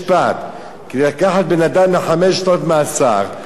אם אתה הגעת להוכחה כזו בבית-משפט כדי לקחת בן-אדם לחמש שנות מאסר,